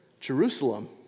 Jerusalem